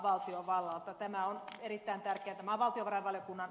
tämä on erittäin tärkeätä